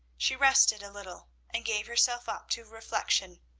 she rested a little, and gave herself up to reflection.